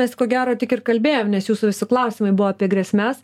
mes ko gero tik ir kalbėjom nes jūsų visi klausimai buvo apie grėsmes